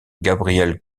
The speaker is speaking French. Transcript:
gabriel